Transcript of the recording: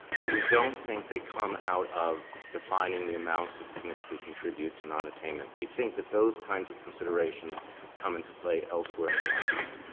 but we don't think they come out of defining the amounts that significantly contribute to nonattainment. we think that those kinds of considerations come into play elsewhere in the process.